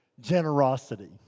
generosity